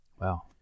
wow